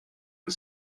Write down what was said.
que